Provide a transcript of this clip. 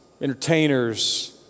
entertainers